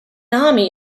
army